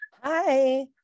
hi